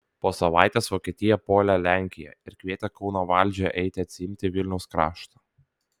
po savaitės vokietija puolė lenkiją ir kvietė kauno valdžią eiti atsiimti vilniaus krašto